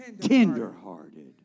Tenderhearted